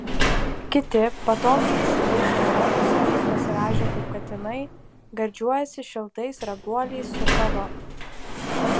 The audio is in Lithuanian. kiti patogiai įsitaisę lovose ir pasirąžę kaip katinai gardžiuojasi šiltais raguoliais su kava